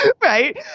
right